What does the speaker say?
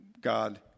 God